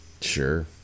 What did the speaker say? Sure